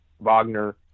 Wagner